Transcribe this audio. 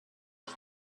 was